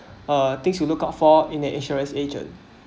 uh things to look out for in an insurance agent